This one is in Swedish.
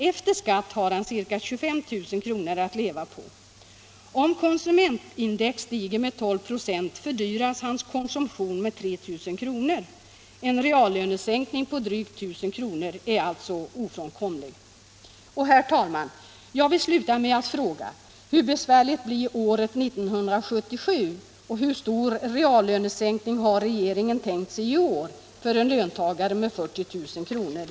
Efter skatt har han ca 25 000 kronor att leva på. Om konsumentindex stiger med 12 procent fördyras hans konsumtion med 3 000 kronor. En reallönesänkning på drygt 1000 kronor är alltså ofrånkomlig.” Herr talman! Jag-vill sluta med att fråga: Hur besvärligt blir året 1977 och hur stor reallönesänkning har regeringen tänkt sig i år för en löntagare med 40 000 kr.